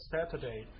Saturday